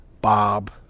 Bob